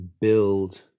build